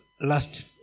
last